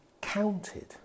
counted